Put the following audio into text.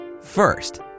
First